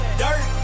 dirt